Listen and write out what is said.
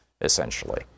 essentially